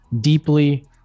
deeply